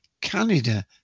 Canada